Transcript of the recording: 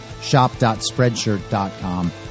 shop.spreadshirt.com